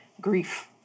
grief